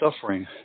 suffering